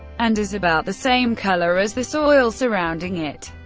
and is about the same color as the soil surrounding it.